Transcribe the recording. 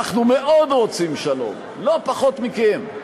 אנחנו מאוד רוצים שלום, לא פחות מכם.